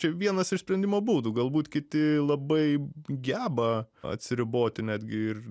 čia vienas iš sprendimo būdų galbūt kiti labai geba atsiriboti netgi ir